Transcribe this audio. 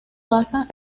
basa